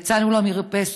יצאנו למרפסת,